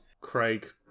Craig